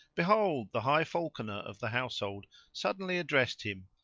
behold, the high falcaner of the household suddenly addressed him,